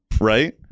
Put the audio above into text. right